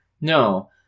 No